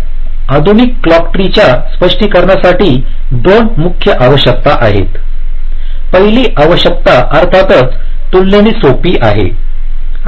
तर आधुनिक clock tree च्या स्पष्टीकरणासाठी 2 मुख्य आवश्यकता आहेत पहिली आवश्यकता अर्थातच तुलनेने सोपी आहे